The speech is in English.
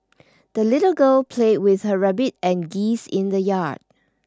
the little girl played with her rabbit and geese in the yard